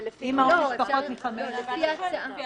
אם העונש פחות מחמש שנים --- אני לא שואלת לפי מה שהיום,